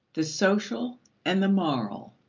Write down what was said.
the social and the moral.